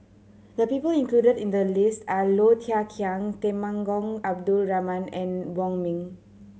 the people included in the list are Low Thia Khiang Temenggong Abdul Rahman and Wong Ming